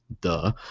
duh